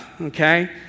okay